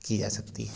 کی جا سکتی